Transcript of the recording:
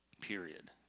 Period